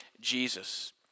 Jesus